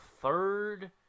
third